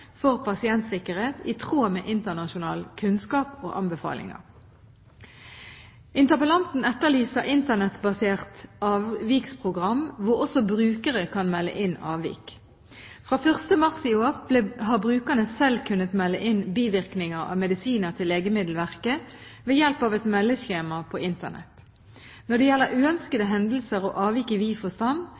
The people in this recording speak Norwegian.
for pasientsikkerhet i tråd med internasjonal kunnskap og anbefalinger. Interpellanten etterlyser Internett-basert avviksprogram hvor også brukere kan melde inn avvik. Fra 1. mars i år har brukerne selv kunnet melde inn bivirkninger av medisiner til Legemiddelverket ved hjelp av et meldeskjema på Internett. Når det gjelder uønskede hendelser og